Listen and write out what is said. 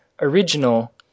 Original